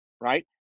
right